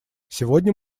сегодня